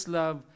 love